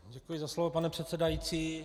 Děkuji za slovo, pane předsedající.